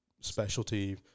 specialty